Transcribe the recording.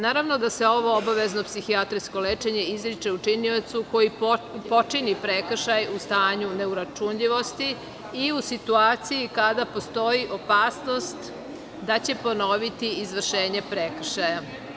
Naravno da se ovo obavezno psihijatrijsko lečenje izriči učiniocu koji počini prekršaj u stanju neuračunljivosti i u situaciji kada postoji opasnost da će ponoviti izvršenje prekršaja.